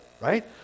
Right